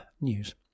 news